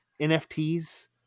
nfts